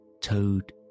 Toad